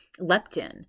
leptin